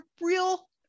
real